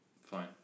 Fine